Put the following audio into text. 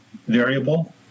variable